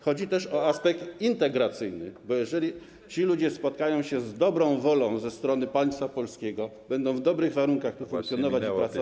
Chodzi też o aspekt integracyjny, bo jeżeli ci ludzie spotkają się z dobrą wolą ze strony państwa polskiego, będą w dobrych warunkach tu funkcjonować i pracować.